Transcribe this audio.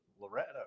Loretto